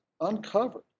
uncovered